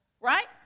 right